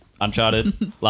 Uncharted